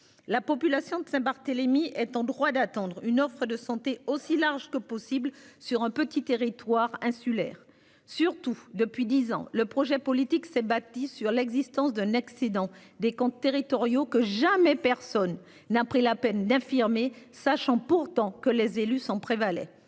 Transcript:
La population de Saint Barthélémy est en droit d'attendre une offre de santé aussi large que possible. Sur un petit territoire insulaire surtout depuis 10 ans le projet politique s'est bâtie sur l'existence d'un excédent des comptes territoriaux que jamais personne n'a pris la peine d'infirmer sachant pourtant que les élus sont prévalait.